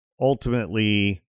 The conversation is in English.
ultimately